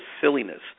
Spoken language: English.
silliness